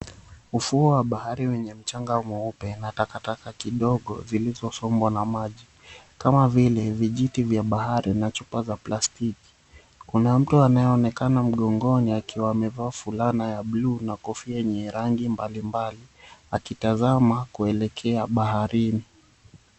Ufuo wa bahari wenye mchanga mweupe na takataka kidogo zilizosombwa na maji kama vile vijiti vya bahari na chupa za plastiki. Kuna mtu anayeonekana mgongoni akiwa amevaa fulana ya buluu na kofia yenye rangi mbali mbali akitazama kuelekea baharini.